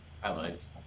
Highlights